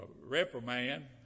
reprimand